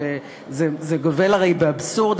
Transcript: זה גובל הרי באבסורד.